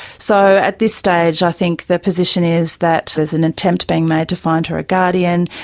so at this stage i think the position is that there's an attempt being made to find her a guardian.